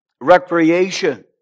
recreation